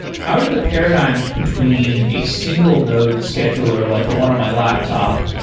how do the paradigms between a single node scheduler, like the one on my laptop,